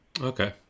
Okay